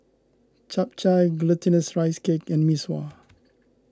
Chap Chai Glutinous Rice Cake and Mee Sua